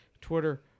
Twitter